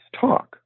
talk